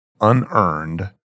unearned